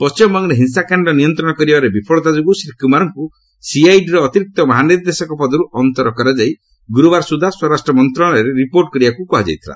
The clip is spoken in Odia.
ପଣ୍ଟିମବଙ୍ଗରେ ହିଂସାକାଣ୍ଡ ନିୟନ୍ତ୍ରଣ କରିବାରେ ବିଫଳତା ଯୋଗୁଁ ଶ୍ରୀ କୁମାରଙ୍କୁ ସିଆଇଡିର ଅତିରିକ୍ତ ମହାନିର୍ଦ୍ଦେଶକ ପଦରୁ ଅନ୍ତର କରାଯାଇ ଗୁରୁବାର ସୁଦ୍ଧା ସ୍ୱରାଷ୍ଟ୍ର ମନ୍ତ୍ରଣାଳୟରେ ରିପୋର୍ଟ କରିବାକୁ କୁହାଯାଇଥିଲା